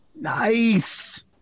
Nice